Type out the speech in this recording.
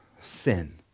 sin